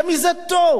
למי זה טוב?